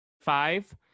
five